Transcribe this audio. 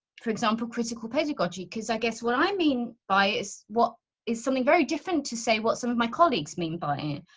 for example, critical pedagogy? cause i guess what i mean by is what is something very different to say what some of my colleagues mean by it.